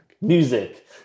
Music